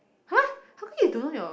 !huh! how can you don't know your